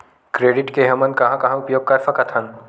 Credit के हमन कहां कहा उपयोग कर सकत हन?